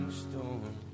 storm